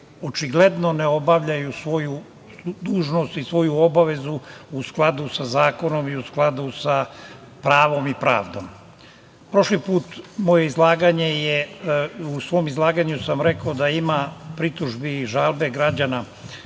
očigledno ne obavljaju svoju dužnost i svoju obavezu u skladu sa zakonom i u skladu sa pravom i pravdom. Prošli put u svom izlaganju sam rekao da ima pritužbi i žalbe građana